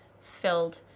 filled